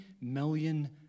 million